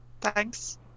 thanks